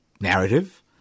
narrative